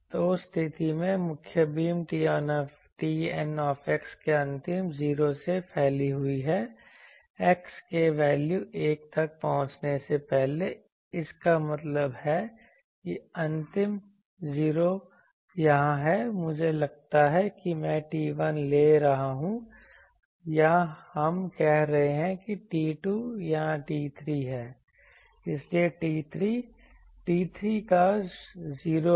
तो उस स्थिति में मुख्य बीम Tn के अंतिम 0 से फैली हुई है x के वैल्यू 1 तक पहुंचने से पहले इसका मतलब है कि अंतिम 0 यहाँ है मुझे लगता है कि मैं T1 ले रहा हूँ या हम कहें कि यह T2 या T3 है इसलिए T3 T3 का 0 है